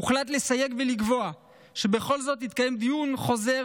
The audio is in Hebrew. הוחלט לסייג ולקבוע שבכל זאת יתקיים דיון חוזר